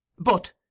But